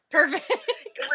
Perfect